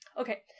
Okay